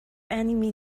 enemy